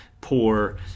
poor